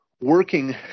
Working